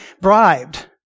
bribed